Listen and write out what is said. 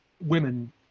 women